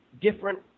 different